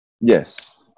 Yes